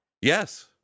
Yes